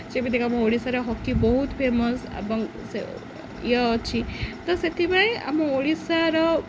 ଯେମିତିକି ଆମ ଓଡ଼ିଶାର ହକି ବହୁତ ଫେମସ୍ ଏବଂ ସେ ଇଏ ଅଛି ତ ସେଥିପାଇଁ ଆମ ଓଡ଼ିଶାର